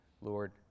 Lord